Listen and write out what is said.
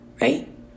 right